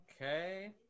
okay